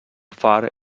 far